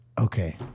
Okay